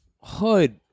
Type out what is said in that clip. hood